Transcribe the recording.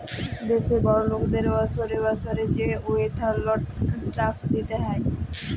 দ্যাশের বড় লকদের বসরে বসরে যে ওয়েলথ ট্যাক্স দিতে হ্যয়